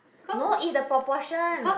no is the proportion